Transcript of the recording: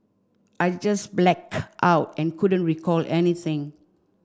I just black out and couldn't recall anything